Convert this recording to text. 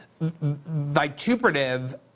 vituperative